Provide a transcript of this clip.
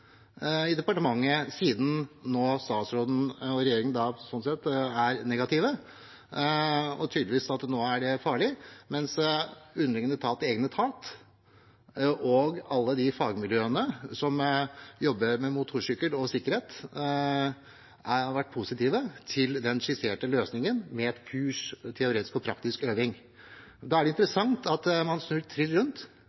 i departementet siden statsråden og regjeringen sånn sett nå er negative. Nå er det tydeligvis farlig, mens underliggende etat i egen etat og alle de fagmiljøene som jobber med motorsykkel og sikkerhet, har vært positive til den skisserte løsningen, med et kurs, teoretisk og praktisk øving. Da er det